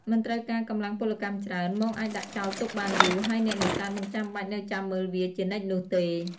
មិនត្រូវការកម្លាំងពលកម្មច្រើន មងអាចដាក់ចោលទុកបានយូរ ហើយអ្នកនេសាទមិនចាំបាច់នៅចាំមើលវាជានិច្ចនោះទេ។